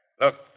Look